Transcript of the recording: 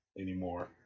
anymore